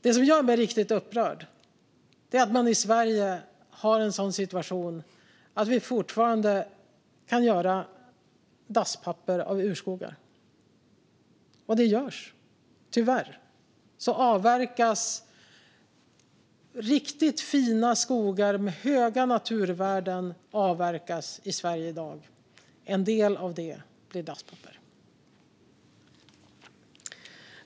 Det som gör mig riktigt upprörd är att man i Sverige har en sådan situation att vi fortfarande kan göra dasspapper av urskogar. Det görs. Tyvärr avverkas riktigt fina skogar med höga naturvärden i Sverige. En del av det blir dasspapper.